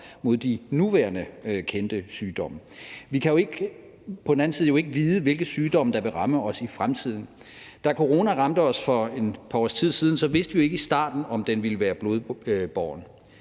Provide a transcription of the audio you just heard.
mod de nuværende kendte sygdomme. På den anden side kan vi jo ikke vide, hvilke sygdomme der vil ramme os i fremtiden. Da corona ramte os for et par års tid siden, vidste vi jo ikke i starten, om den ville være blodbåren.